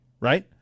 Right